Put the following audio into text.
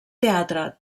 teatre